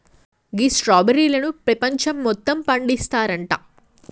గీ స్ట్రాబెర్రీలను పెపంచం మొత్తం పండిస్తారంట